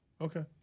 Okay